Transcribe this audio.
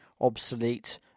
obsolete